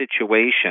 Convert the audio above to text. situation